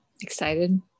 excited